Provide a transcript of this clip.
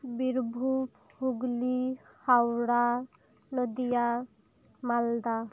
Birbhum Hooghly Howrah Nadia Malda